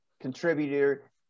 contributor –